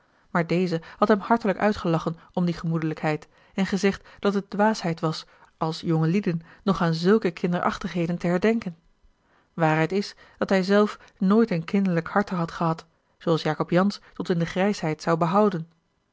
maar deze had hem hartelijk uitgelachen om die gemoedelijkheid en gezegd dat het dwaasheid was als jongelieden nog aan zulke kinderachtigheden te herdenken waarheid is dat hij zelf nooit een kinderlijk harte had gehad zooals jacob jansz tot in de grijsheid zou behouden